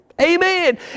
Amen